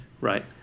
right